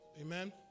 Amen